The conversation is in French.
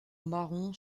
marron